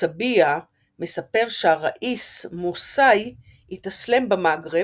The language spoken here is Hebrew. אציביעה מספר ש”הראיס מוסי התאסלם במגרב,